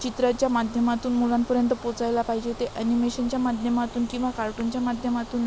चित्राच्या माध्यमातून मुलांपर्यंत पोहोचायला पाहिजे आहे ते ॲनिमेशनच्या माध्यमातून किंवा कार्टूनच्या माध्यमातून